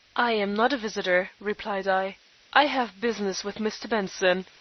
i am not a visitor, replied i i have business with mr. benson,